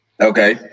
Okay